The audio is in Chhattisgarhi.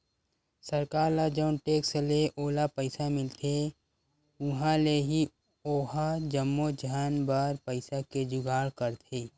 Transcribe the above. सरकार ल जउन टेक्स ले ओला पइसा मिलथे उहाँ ले ही ओहा जम्मो झन बर पइसा के जुगाड़ करथे